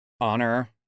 Honor